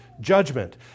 judgment